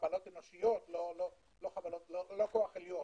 חבלות אנושיות - לא כוח עליון.